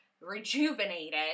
rejuvenated